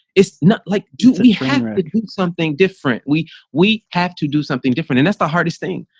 it's not like do we have something different we we have to do something different and that's the hardest thing.